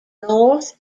north